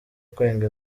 kwenga